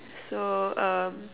so um